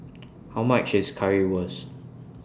How much IS Currywurst